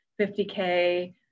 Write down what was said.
50K